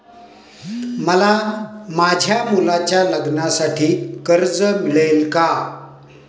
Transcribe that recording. मला माझ्या मुलाच्या लग्नासाठी कर्ज मिळेल का?